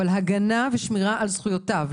אבל הגנה ושמירה על זכויותיו,